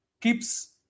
keeps